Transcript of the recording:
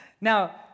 Now